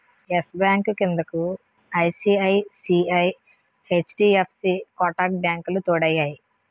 yes Bank క్రిందకు ICICI, HDFC Kotak బ్యాంకులు తోడయ్యాయి